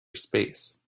space